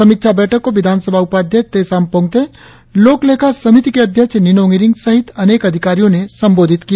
समीक्षा बैठक को विधानसभा उपाध्यक्ष तेसाम पोंगतेलोकलेखा समिति के अध्यक्ष निनोंग इरिंग़ सहित अनेक अधिकारियों ने संबोधित किया